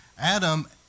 Adam